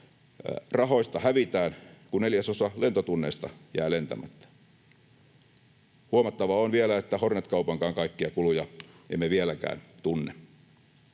rahoista hävitään, kun neljäsosa lentotunneista jää lentämättä. Huomattava on vielä, että emme vieläkään tunne